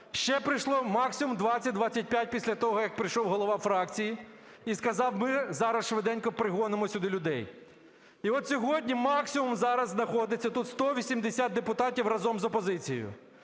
ще прийшло максимум 20-25 після того як прийшов голова фракції і сказав: "Ми зараз швиденько пригонимо сюди людей". І от сьогодні максимум зараз знаходиться тут - 180 депутатів разом з опозицією.